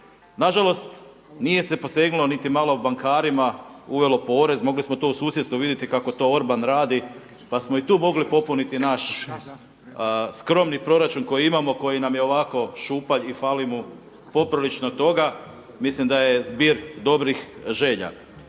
Na žalost nije se posegnulo niti malo bankarima, uvesti porez. Mogli smo to u susjedstvu vidjeti kako to Orban radi, pa smo i tu mogli popuniti naš skromni proračun koji imamo, koji nam je ovako šupalj i fali mu poprilično toga. Mislim da je zbir dobrih želja.